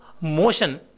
motion